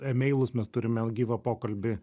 emeilus mes turime gyvą pokalbį